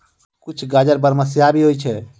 कुछ गाजर बरमसिया भी होय छै